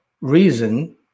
reason